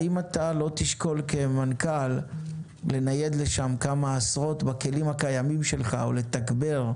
האם אתה לא תשקול כמנכ"ל לנייד לשם בכלים הקיימים שלך או לתגבר,